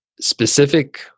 specific